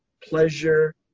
pleasure